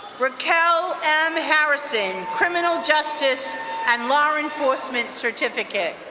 raquel m. harrison, criminal justice and law enforcement certificate.